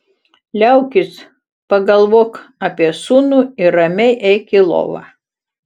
liaukis pagalvok apie sūnų ir ramiai eik į lovą